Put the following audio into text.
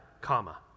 comma